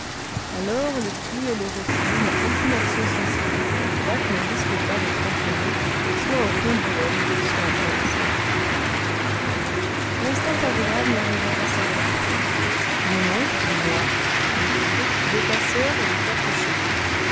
alors le flux et le reflux n'ont aucune action sensible et le bac ne risque pas d'être entraîné soit au fond du golfe soit en plein océan l'instant favorable n'arriva qu'à six heures du soir mon oncle moi le guide deux passeurs et les quatre chevaux